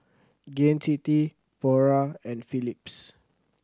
Gain City Pura and Philips